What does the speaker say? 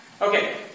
Okay